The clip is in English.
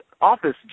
office